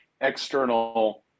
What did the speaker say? external